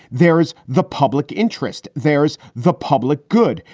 there is the public interest. there's the public good.